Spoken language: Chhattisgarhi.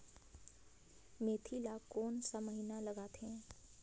मेंथी ला कोन सा महीन लगथे?